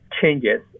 changes